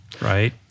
right